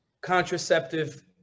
contraceptive